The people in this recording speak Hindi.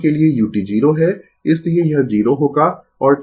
और t के लिए जब t 5 τ से अधिक और बराबर है तो Vs एक्सपोनेंशियली डीकेय हो रहा है